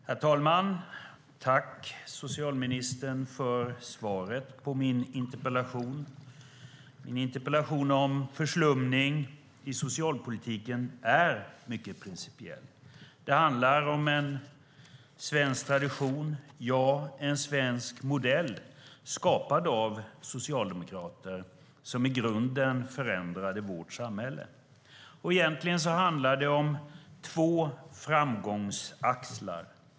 Herr talman! Tack, socialministern, för svaret på min interpellation! Min interpellation om förslumning av socialpolitiken är mycket principiell. Det handlar om en svensk tradition, ja, en svensk modell skapad av socialdemokrater som i grunden förändrade vårt samhälle. Egentligen handlar det om två framgångsaxlar.